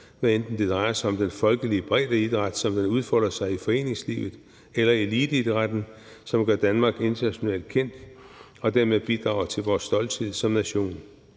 hvad enten det drejer sig om den folkelige breddeidræt, som den udfolder sig i foreningslivet, eller eliteidrætten, som gør Danmark internationalt kendt og dermed bidrager til vores stolthed som nation.